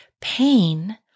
Pain